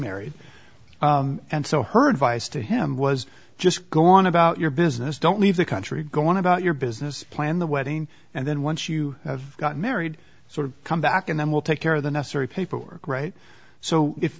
married and so her advice to him was just go on about your business don't leave the country go on about your business plan the wedding and then once you got married sort of come back in then we'll take care of the necessary paperwork right so if